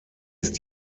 ist